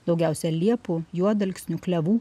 daugiausiai liepų juodalksnių klevų